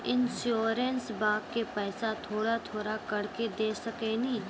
इंश्योरेंसबा के पैसा थोड़ा थोड़ा करके दे सकेनी?